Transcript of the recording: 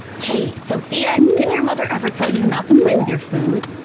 hey sofia did your mother ever tell you not to play with your food